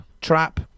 trap